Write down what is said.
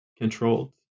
controlled